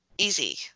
easy